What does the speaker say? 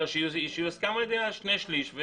שיוסכם על ידי שני שליש.